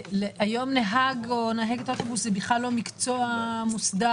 היום נהג או נהגת אוטובוס זה בכלל לא מקצוע מוסדר,